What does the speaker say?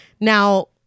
Now